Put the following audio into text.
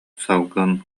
салгын